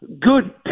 Good